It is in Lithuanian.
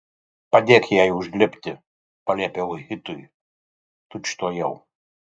padėk jai užlipti paliepiau hitui tučtuojau